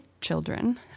children